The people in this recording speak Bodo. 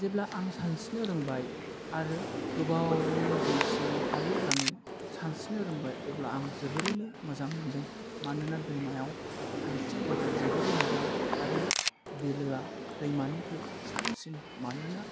जेब्ला आं सानस्रिनो रोंबाय आरो गोबावयैनो दै सिंयाव हालुबनानै सानस्रिनो रोंबाय अब्ला आं जोबोरैनो मोजां मोनदों मानोना दैमायाव सानस्रिनो थाखाय जोबोत मोजां आरो बिलोआ दैमानिफ्राय साबसिन मानोना